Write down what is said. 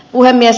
puhemies